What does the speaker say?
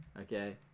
Okay